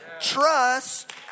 trust